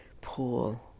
pool